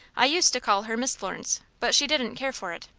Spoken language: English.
i used to call her miss florence, but she didn't care for it.